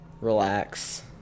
relax